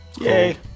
Yay